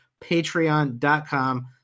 Patreon.com